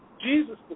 Jesus